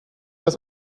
das